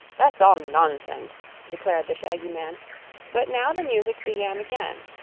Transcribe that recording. that's all nonsense, declared the shaggy man but now the music began again,